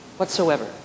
whatsoever